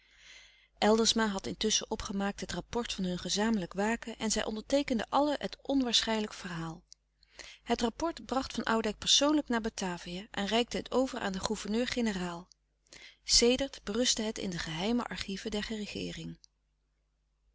eldersma had intusschen opgemaakt het rapport van hun gezamenlijk waken en zij louis couperus de stille kracht onderteekenden allen het onwaarschijnlijk verhaal het rapport bracht van oudijck persoonlijk naar batavia en reikte het over aan den gouverneur-generaal sedert berustte het in de geheime archieven der